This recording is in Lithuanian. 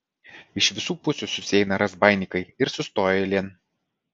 iš visų pusių susieina razbaininkai ir sustoja eilėn